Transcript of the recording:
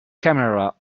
camera